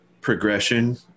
progression